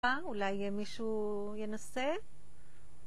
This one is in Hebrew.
פעם אולי מישהו ינסה?